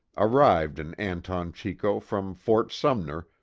arrived in anton chico from fort sumner,